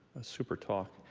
super talk.